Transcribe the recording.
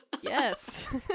Yes